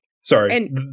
Sorry